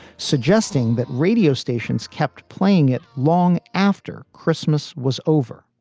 suggesting that radio stations kept playing it long after christmas was over.